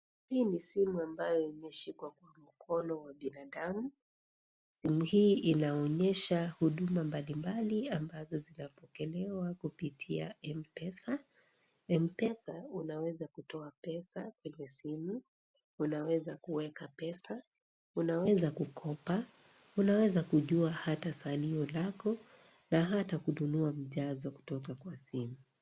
Hii ni simu ambayo imeshikwa kwa mkono wa binadamu simu hii inaonyesha huduma mbali mbali ambazo zinapokelewa kupitia M-pesa, M-pesa unaweza kutoa pesa kwenye simu unaweza kuweka pesa unaweza kukopa, unaweza kujua hata salio lako na hata kununua mjazo kutoka kwa simu.